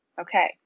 Okay